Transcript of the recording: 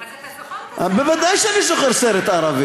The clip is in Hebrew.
אז אתה זוכר את הסרט הערבי.